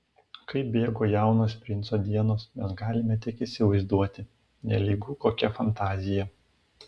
kaip bėgo jaunos princo dienos mes galime tik įsivaizduoti nelygu kokia fantazija